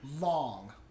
long